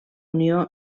unió